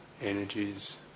energies